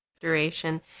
duration